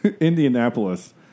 Indianapolis